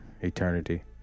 eternity